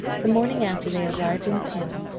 the morning after they arrived in town,